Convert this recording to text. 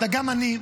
גם אני,